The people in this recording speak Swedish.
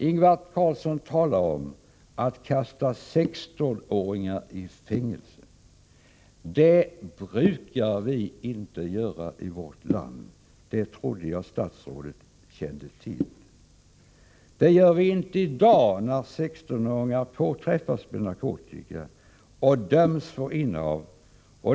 Ingvar Carlsson talar om att kasta 16-åringar i fängelse. Det brukar vi inte göra i vårt land. Det trodde jag statsrådet kände till. Det gör vi ju inte i dag när 16-åringar påträffas med narkotika och döms för innehav.